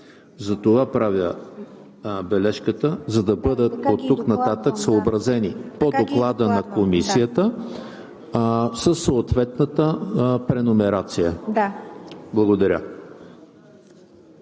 § 51. Правя бележката, за да бъдат оттук нататък съобразени по Доклада на Комисията със съответната преномерация. Благодаря.